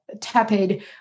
tepid